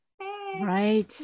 Right